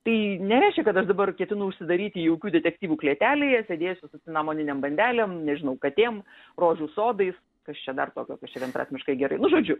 tai nereiškia kad aš dabar ketinu užsidaryti jaukių detektyvų klėtelėje sėdėsiu su cinamoninėm bandelėm nežinau katėm rožių sodais kas čia dar tokio kas čia vienprasmiškai gerai nu žodžiu